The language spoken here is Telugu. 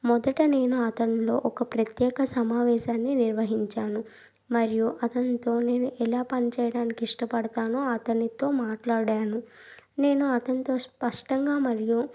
మొదట నేను అతనిలో ఒక ప్రత్యేక సమావేశాన్ని నిర్వహించాను మరియు అతనితో నేను ఎలా పని చేయడానికి ఇష్టపడతానో అతనితో మాట్లాడాను నేను అతనితో స్పష్టంగా మరియు